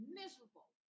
miserable